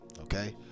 okay